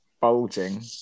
bulging